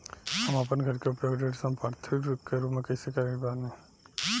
हम आपन घर के उपयोग ऋण संपार्श्विक के रूप में कइले बानी